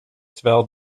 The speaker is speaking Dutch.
terwijl